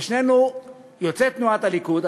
ושנינו יוצאי תנועת הליכוד.